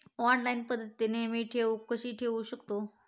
Online पद्धतीने मी ठेव कशी ठेवू शकतो?